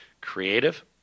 creative